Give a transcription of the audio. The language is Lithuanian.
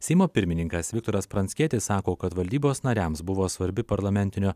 seimo pirmininkas viktoras pranckietis sako kad valdybos nariams buvo svarbi parlamentinio